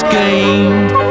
gained